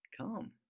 Come